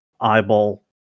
eyeball